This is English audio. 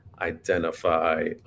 identify